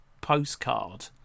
postcard